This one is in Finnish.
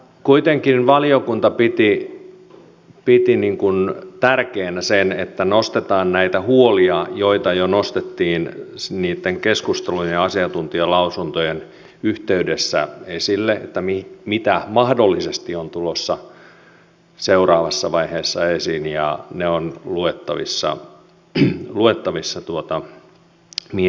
kuitenkin valiokunta piti tärkeänä sitä että nostetaan näitä huolia joita jo nostettiin niitten keskustelujen ja asiantuntijalausuntojen yhteydessä esille ja joita mahdollisesti on tulossa seuraavassa vaiheessa esiin ja ne ovat luettavissa mietinnöstä